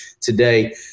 today